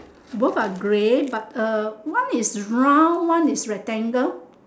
both are grey but uh one is round one is rectangle